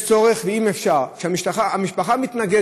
"בני המשפחה בכו מאושר"